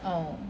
um